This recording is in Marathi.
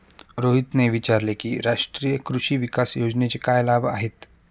रोहितने विचारले की राष्ट्रीय कृषी विकास योजनेचे काय लाभ आहेत?